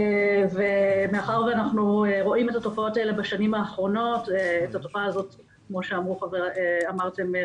אנחנו רואים את התופעה הזאת כמו שאמרתם,